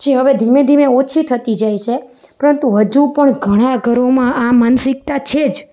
જે હવે ધીમે ધીમે ઓછી થતી જાય છે પરંતુ હજુ પણ ઘણાં ઘરોમાં આ માનસિકતા છે જ